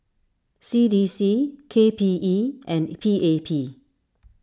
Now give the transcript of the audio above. C D C K P E and P A P